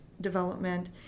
development